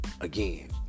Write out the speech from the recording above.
again